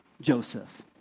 Joseph